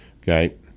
Okay